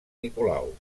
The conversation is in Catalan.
nicolau